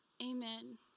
Amen